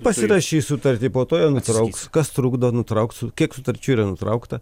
pasirašys sutartį po to ją nutrauks kas trukdo nutraukt kiek sutarčių yra nutraukta